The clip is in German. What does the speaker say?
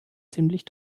ziemlich